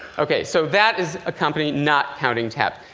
ok, so that is a company not counting taps.